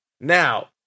Now